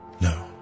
No